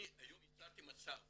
אני היום הצעתי מצב